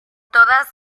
todas